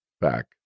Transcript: back